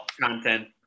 content